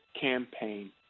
campaign